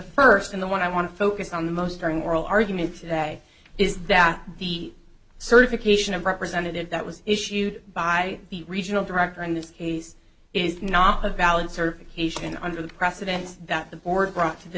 first in the one i want to focus on the most during oral argument that is that the certification of representative that was issued by the regional director in this case is not a valid service cation under the precedents that the board brought to th